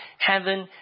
heaven